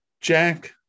Jack